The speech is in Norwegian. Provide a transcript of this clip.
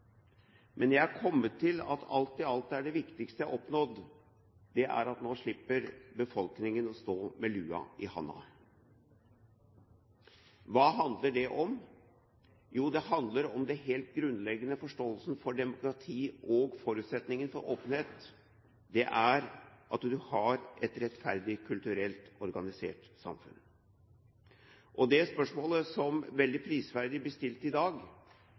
jeg tenkt mye på, sa han, men jeg er kommet til at det viktigste jeg har oppnådd alt i alt, er at nå slipper befolkningen å stå med lua i handa. Hva handler det om? Jo, det handler om den helt grunnleggende forståelsen for demokrati og forutsetningen for åpenhet. Det er at man har et rettferdig kulturelt organisert samfunn. Det spørsmålet som veldig prisverdig ble stilt i dag,